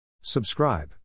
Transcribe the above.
Subscribe